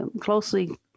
closely